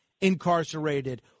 incarcerated